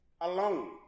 alone